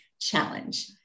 challenge